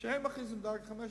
כשהם מכריזים על דרגה 5,